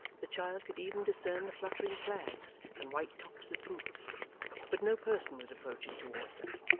the child could even discern the fluttering flags and white tops of booths but no person was approaching towards them,